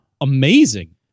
amazing